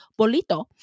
Bolito